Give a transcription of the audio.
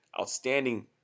Outstanding